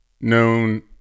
known